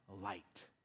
light